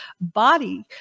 body